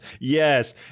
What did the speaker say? yes